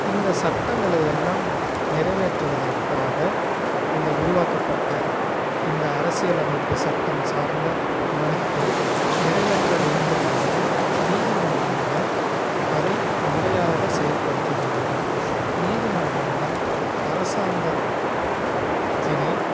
இந்த சட்டங்களை எல்லாம் நிறைவேற்றுவதற்காக இந்த உருவாக்கப்பட்ட இந்த அரசியல் அமைப்பு சட்டம் சார்ந்த மனுக்கள் நிறைவேற்ற வேண்டுமானால் நீதிமன்றங்கள் அதை முறையாக செயல்படுத்த வேண்டும் நீதிமன்றங்கள் அரசாங்கத்தினை